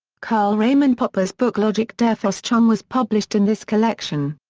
karl raimund popper's book logik der forschung was published in this collection.